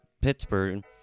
Pittsburgh